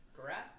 correct